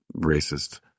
racist